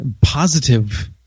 positive